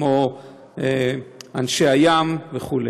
כמו אנשי הים וכו'.